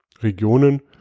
Regionen